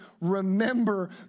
remember